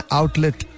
outlet